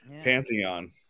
pantheon